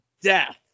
Death